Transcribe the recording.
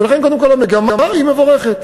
ולכן קודם כול המגמה היא מבורכת,